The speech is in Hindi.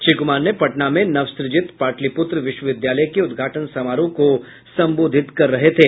श्री कुमार ने पटना में नवसूजित पाटलिपुत्र विश्वविद्यालय के उद्घाटन समारोह को संबोधित कर रहे थे